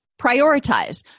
prioritize